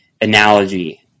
analogy